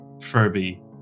furby